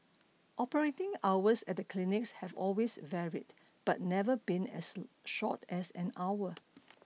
operating hours at the clinics have always varied but never been as short as an hour